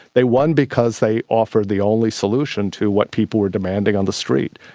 they won because they offered the only solution to what people were demanding on the street,